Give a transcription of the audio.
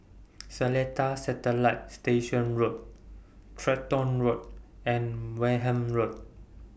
Seletar Satellite Station Road Tractor Road and Wareham Road